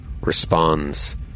responds